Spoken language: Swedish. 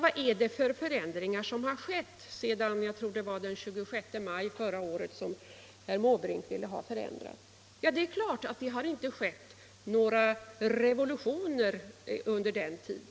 Vad är det för förändringar som skett sedan den 26 maj förra året, som jag tror det var herr Måbrink nämnde? Det är klart att det inte har skett några revolutioner under tiden sedan dess.